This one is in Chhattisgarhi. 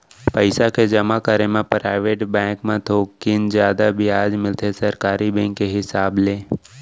पइसा के जमा करे म पराइवेट बेंक म थोकिन जादा बियाज मिलथे सरकारी बेंक के हिसाब ले